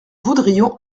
voudrions